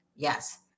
Yes